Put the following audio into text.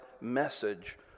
message